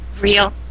real